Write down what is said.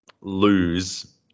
lose